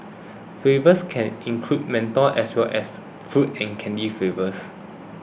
flavours can include menthol as well as fruit and candy flavours